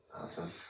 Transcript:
Awesome